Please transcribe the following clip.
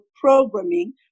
programming